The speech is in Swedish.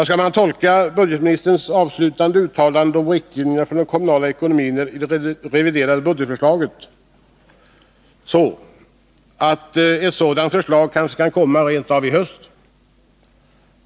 Skall man tolka budgetministerns avslutande uttalande om riktlinjerna för den kommunala ekonomin i det reviderade budgetförslaget så, att ett sådant förslag kan komma i höst?